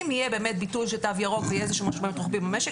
אם יהיה באמת ביטול של תו ירוק ויהיה איזשהו משמעות רוחבית במשק,